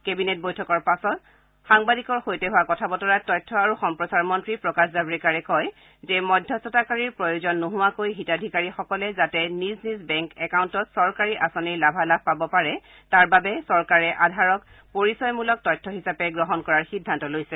cabinet বৈঠকৰ পাছত সংবাদ মাধ্যমৰ মুখামুখি হৈ তথ্য আৰু সম্প্ৰচাৰ মন্ত্ৰী প্ৰকাশ জাভ্ৰেকাৰে কয় যে মধ্যস্থতাকাৰীৰ প্ৰয়োজন নোহোৱাকৈ হিতাধিকাৰীসকলে যাতে নিজৰ নিজৰ বেংক একাউণ্টত চৰকাৰী আঁচনিৰ লাভালাভ পাৰে তাৰ বাবে আধাৰক চৰকাৰে পৰিচয়মূলক তথ্য হিচাপে গ্ৰহণ কৰাৰ সিদ্ধান্ত লৈছে